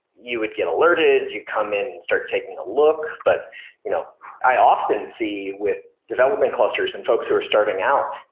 you would get alerted, you come in and start taking a look, but you know i often see with development clusters and folks who are starting out,